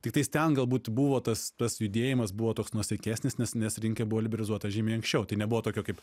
tiktais ten galbūt buvo tas tas judėjimas buvo toks nuosaikesnis nes nes rinka buvo liberalizuota žymiai anksčiau tai nebuvo tokio kaip